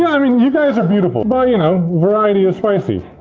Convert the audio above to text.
i mean you guys are beautiful, but you know, variety is spicy.